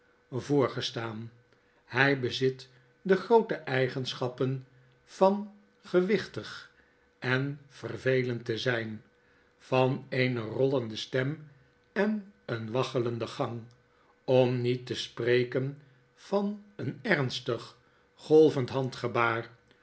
voorgestaan hy bezit de groote eigenschappen van gewichtig en vervelend te zyn van eene rollende stem en een waggelenden gang om niet te spreken van een ernstig golvend